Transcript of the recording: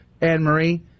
Anne-Marie